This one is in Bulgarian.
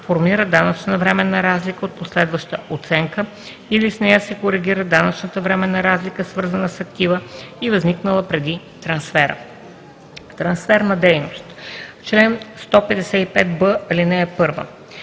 формира данъчна временна разлика от последваща оценка или с нея се коригира данъчната временна разлика, свързана с актива и възникнала преди трансфера. „Трансфер на дейност Чл. 155б. (1) В